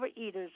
Overeaters